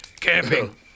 Camping